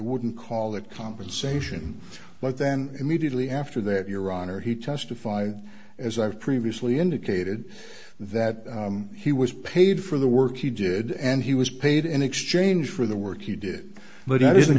wouldn't call that compensation but then immediately after that your honor he testified as i've previously indicated that he was paid for the work he did and he was paid in exchange for the work he did but it isn't